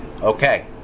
Okay